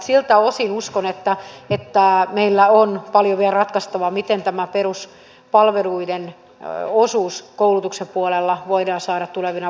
siltä osin uskon että meillä on paljon vielä ratkaistavaa miten tämä peruspalveluiden osuus koulutuksen puolella voidaan saada tulevina vuosina kuntoon